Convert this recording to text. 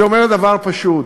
והיא אומרת דבר פשוט: